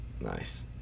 Nice